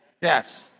Yes